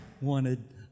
wanted